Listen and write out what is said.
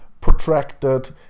protracted